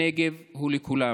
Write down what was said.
הנגב הוא לכולם.